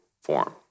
form